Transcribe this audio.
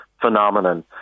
phenomenon